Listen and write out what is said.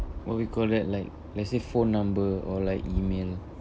what we call that like let's say phone number or like email